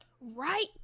Right